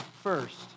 first